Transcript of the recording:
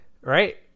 right